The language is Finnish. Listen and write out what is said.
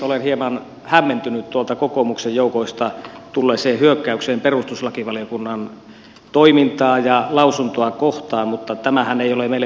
olen hieman hämmentynyt kokoomuksen joukoista tulleesta hyökkäyksestä perustuslakivaliokunnan toimintaa ja lausuntoa kohtaan mutta tämähän ei ole meille vierasta